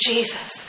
Jesus